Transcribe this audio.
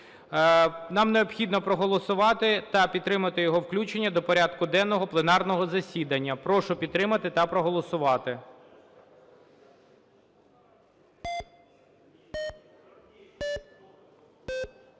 Нам необхідно проголосувати та підтримати його включення до порядку денного пленарного засідання. Прошу підтримати та проголосувати.